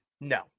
no